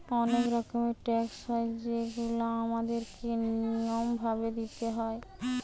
অনেক রকমের ট্যাক্স হয় যেগুলা আমাদের কে নিয়ম ভাবে দিইতে হয়